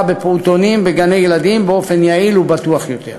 בפעוטונים ובגני-ילדים באופן יעיל ובטוח יותר.